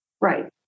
Right